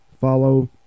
follow